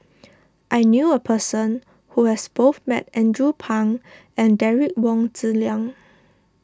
I knew a person who has both met Andrew Phang and Derek Wong Zi Liang